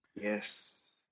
Yes